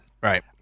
Right